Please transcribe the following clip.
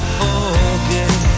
forget